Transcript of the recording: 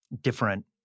different